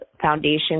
foundation